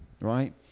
right